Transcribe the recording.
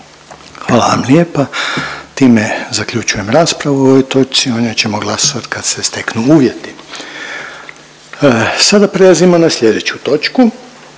Hvala vam lijepa. Time zaključujem raspravu o ovoj točci. O njoj ćemo glasovati kad se steknu uvjeti. **Radin, Furio